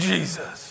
Jesus